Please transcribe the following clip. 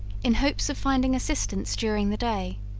in hopes of finding assistance during the day.